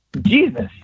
Jesus